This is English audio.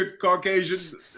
Caucasian